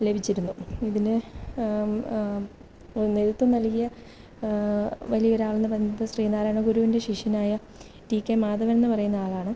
ലഭിച്ചിരുന്നു ഇതിന് നേതൃത്വം നൽകിയ വലിയ ഒരാളെന്ന് പറയുന്നത് ശ്രീനാരായണ ഗുരുവിൻ്റെ ശിഷ്യനായ ടി കെ മാധവൻ എന്ന് പറയുന്ന ആളാണ്